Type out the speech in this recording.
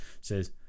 says